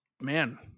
man